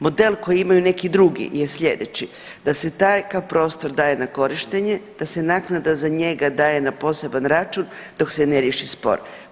Model koji imaju neki drugi je sljedeći, da se takav prostor daje na korištenje, da se naknada za njega daje na poseban račun dok se ne riješi spor.